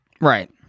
Right